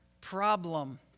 problem